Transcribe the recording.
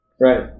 right